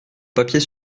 papiers